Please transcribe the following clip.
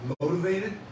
motivated